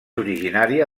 originària